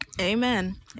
amen